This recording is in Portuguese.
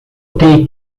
notei